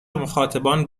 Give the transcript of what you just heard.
مخاطبان